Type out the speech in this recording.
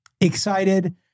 excited